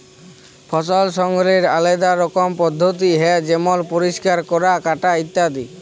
ফসল সংগ্রহলের আলেদা রকমের পদ্ধতি হ্যয় যেমল পরিষ্কার ক্যরা, কাটা ইত্যাদি